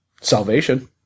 salvation